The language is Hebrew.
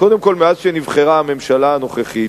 קודם כול, מאז נבחרה הממשלה הנוכחית,